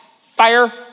fire